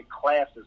classes